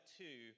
two